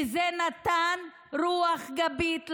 וזה נתן רוח גבית לחוק.